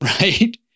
right